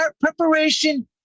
Preparation